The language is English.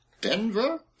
Denver